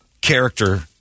character